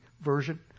version